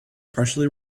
partially